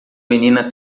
menina